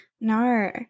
No